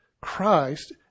Christ